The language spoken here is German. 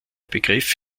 begriff